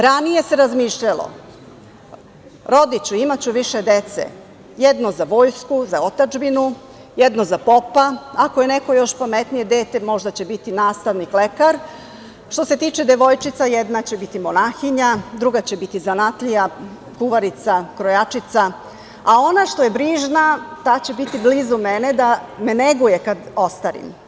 Ranije se razmišljalo - rodiću, imaću više dece, jedno za vojsku, za otadžbinu, jedno za popa, ako je neko pametnije dete možda će biti nastavnik, lekar, što se tiče devojčica jedna će biti monahinja, druga će biti zanatlija, kuvarica, krojačica, a ona što je brižna, ta će biti blizu mene da me neguje kad ostarim.